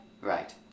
right